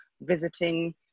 visiting